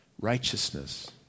righteousness